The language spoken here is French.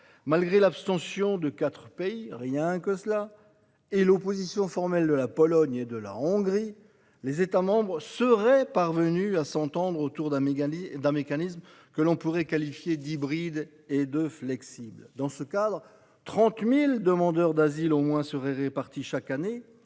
Malgré l'abstention de quatre pays- rien que cela ! -et l'opposition formelle de la Pologne et de la Hongrie, les États membres semblent être parvenus à s'entendre autour d'un mécanisme que l'on pourrait qualifier d'hybride et de flexible. Dans ce cadre, 30 000 demandeurs d'asile au moins devraient être relocalisés chaque année